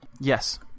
Yes